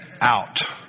out